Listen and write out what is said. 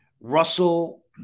Russell